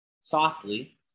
Softly